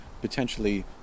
potentially